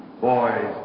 boys